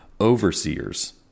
overseers